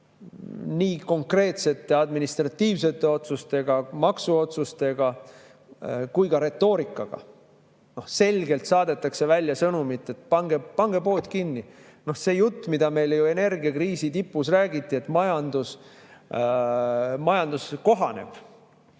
nii konkreetsete administratiivsete otsustega, maksuotsustega kui ka retoorikaga. Selgelt saadetakse välja sõnum, et pange pood kinni. Meile energiakriisi tipus räägiti, et majandus kohaneb.